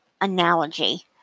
analogy